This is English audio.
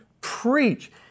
preach